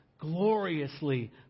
gloriously